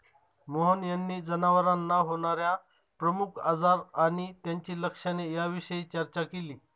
मोहन यांनी जनावरांना होणार्या प्रमुख आजार आणि त्यांची लक्षणे याविषयी चर्चा केली